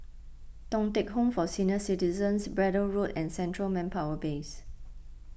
Thong Teck Home for Senior Citizens Braddell Road and Central Manpower Base